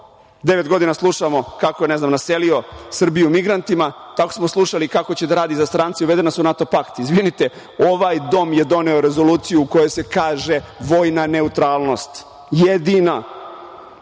godina slušamo kako je naselio Srbiju migrantima, tako smo slušali kako će da radi za strance i uvede nas u NATO pakt. Izvinite, ovaj Dom je doneo rezoluciju koja se kaže - vojna neutralnost, jedina. Mi